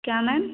क्या मैम